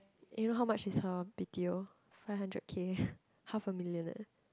you know how much is her b_t_o five hundred K half a million eh